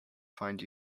find